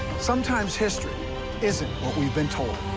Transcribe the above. sometimes history isn't what we've been told.